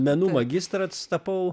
menų magistras tapau